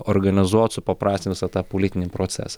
organizuot supaprastint visą tą politinį procesą